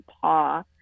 paw